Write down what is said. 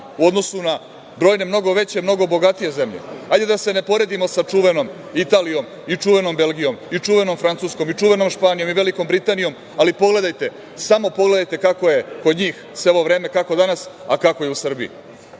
u odnosu na brojne mnogo veće, mnogo bogatije zemlje. Hajde da se ne poredimo sa čuvenom Italijom i čuvenom Belgijom i čuvenom Francuskom i čuvenom Španijom i Velikom Britanijom, ali pogledajte, samo pogledajte kako je kod njih sve ovo vreme, kako danas, a kako je u Srbiji,